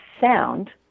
sound